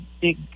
big